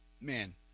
man